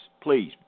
please